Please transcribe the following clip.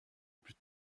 plus